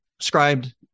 Scribed